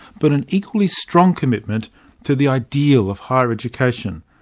but an equally strong commitment to the ideal of higher education.